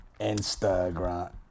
Instagram